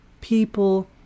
people